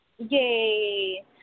Yay